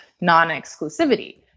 non-exclusivity